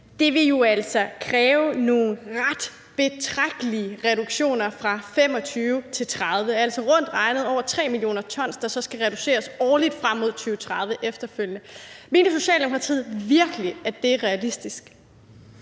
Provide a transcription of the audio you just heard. Det vil jo altså kræve nogle ret betragtelige reduktioner fra 2025 til 2030, nemlig rundt regnet over 3 mio. t, der årligt skal reduceres frem mod 2030. Mener Socialdemokratiet virkelig, at det er realistisk?